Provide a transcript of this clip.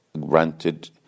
Granted